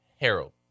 Harold